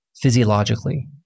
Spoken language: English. physiologically